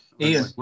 Ian